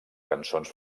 cançons